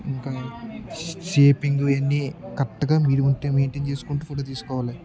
ఇంకా షేపింగ్ ఇవన్నీ కరెక్ట్గా మీరు ఉంటే మెయింటైన్ చేసుకుంటూ ఫోటో తీసుకోవాలి